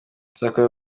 cyakora